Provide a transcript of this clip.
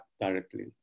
directly